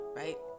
right